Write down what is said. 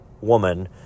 woman